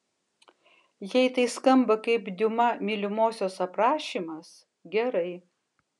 jei tai skamba kaip diuma mylimosios aprašymas gerai